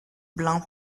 blein